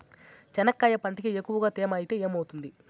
చెనక్కాయ పంటకి ఎక్కువగా తేమ ఐతే ఏమవుతుంది?